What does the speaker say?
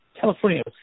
California